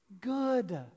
good